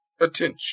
attention